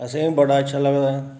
असें गी बड़ा अच्छा लगदा